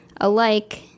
alike